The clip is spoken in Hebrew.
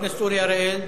חבר הכנסת אורי אריאל.